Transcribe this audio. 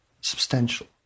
substantial